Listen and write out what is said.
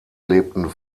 lebten